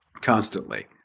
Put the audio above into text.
constantly